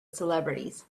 celebrities